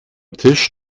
tisch